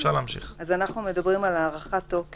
אני קוראת את הסעיף הראשון, הארכת תוקף: